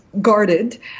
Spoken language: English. guarded